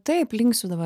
taip linksiu dabar